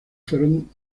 fueron